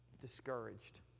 Discouraged